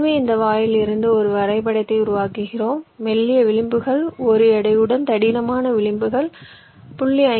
எனவே இந்த வாயில்களிலிருந்து ஒரு வரைபடத்தை உருவாக்குகிறோம் மெல்லிய விளிம்புகள் 1 எடையும் தடிமனான விளிம்புகள் 0